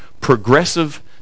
progressive